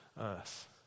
earth